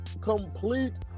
complete